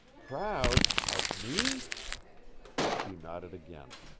proud, of me she nodded again.